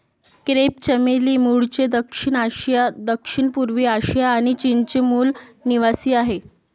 crepe चमेली मूळचे दक्षिण आशिया, दक्षिणपूर्व आशिया आणि चीनचे मूल निवासीआहे